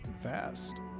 Fast